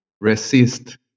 resist